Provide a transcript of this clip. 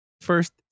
First